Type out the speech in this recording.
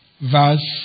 verse